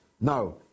now